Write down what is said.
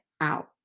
out